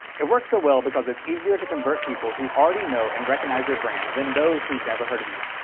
it works so well because it's easier to convert people who already know and recognize your brand than those who've never heard of you.